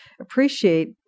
appreciate